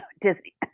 Disney